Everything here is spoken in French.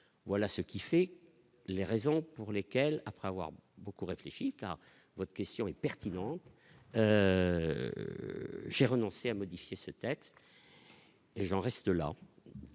voilà ce qui fait les raisons pour lesquelles, après avoir beaucoup réfléchi par votre question est pertinente, j'ai renoncé à modifier ce texte et j'en reste là,